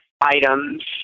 items